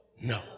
No